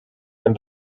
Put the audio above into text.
and